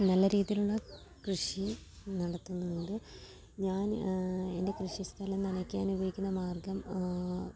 നല്ല രീതിയിലുള്ള കൃഷി നടത്തുന്നുണ്ട് ഞാൻ എൻ്റെ കൃഷി സ്ഥലം നനയ്ക്കാൻ ഉപയോഗിക്കുന്ന മാർഗം